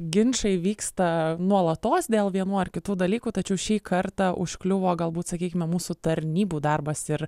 ginčai vyksta nuolatos dėl vienų ar kitų dalykų tačiau šį kartą užkliuvo galbūt sakykime mūsų tarnybų darbas ir